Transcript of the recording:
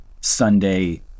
Sunday